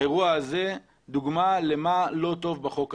האירוע הזה הוא דוגמה למה לא טוב בחוק הזה,